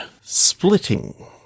Splitting